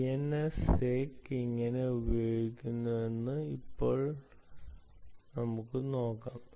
DNSsec എങ്ങനെ പ്രവർത്തിക്കുന്നുവെന്ന് ഇപ്പോൾ നമുക്ക് നോക്കാം